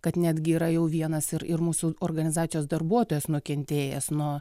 kad netgi yra jau vienas ir ir mūsų organizacijos darbuotojas nukentėjęs nuo